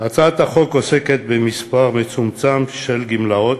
הצעת החוק עוסקת במספר מצומצם של גמלאות